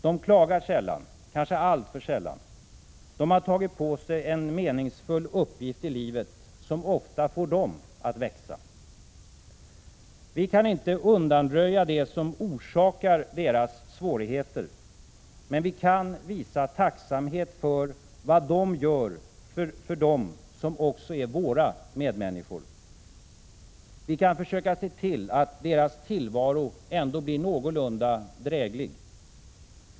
De klagar sällan — kanske alltför sällan. De har tagit på sig en meningsfull uppgift i livet som ofta får dem att växa. Vi kan inte undanröja det som orsakar deras svårigheter, men vi kan visa tacksamhet för vad de gör för dem som är också våra medmänniskor. Vi kan försöka se till att deras tillvaro ändå blir någorlunda dräglig.